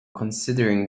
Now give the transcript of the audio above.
considering